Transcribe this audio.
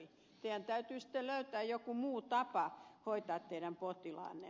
teidän täytyy sitten löytää joku muu tapa hoitaa teidän potilaanne